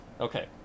Okay